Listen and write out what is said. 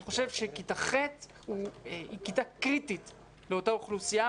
אני חושב שכיתה ח' היא כיתה קריטית לאותה אוכלוסייה.